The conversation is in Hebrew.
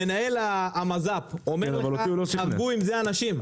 מנהל המז"פ אומר לך שהרגו עם זה אנשים.